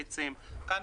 כאן,